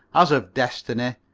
as of destiny,